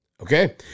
Okay